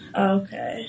Okay